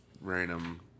random